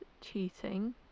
cheating